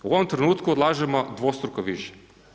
U ovom trenutku odlažemo dvostruko više.